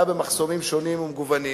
והיה במחסומים שונים ומגוונים: